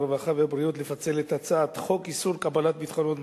הרווחה והבריאות לפצל את הצעת חוק איסור קבלת ביטחונות,